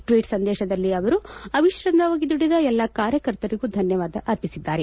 tweet ಸಂದೇಶದಲ್ಲಿ ಅವರು ಅವಿಶ್ರಾಂತವಾಗಿ ದುಡಿದ ಎಲ್ಲ ಕಾರ್ಯಕರ್ತರಿಗೂ ಧನ್ಯವಾದ ಅರ್ಪಿಸಿದ್ದಾರೆ